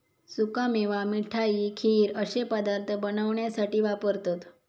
सुका मेवा मिठाई, खीर अश्ये पदार्थ बनवण्यासाठी वापरतत